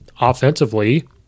Offensively